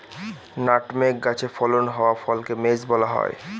nutmeg গাছে ফলন হওয়া ফলকে মেস বলা হয়